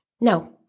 no